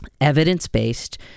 evidence-based